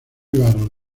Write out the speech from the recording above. ibarra